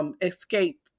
Escape